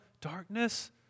darkness